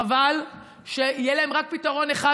חבל שיהיה להן רק פתרון אחד,